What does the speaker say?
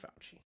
Fauci